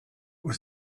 was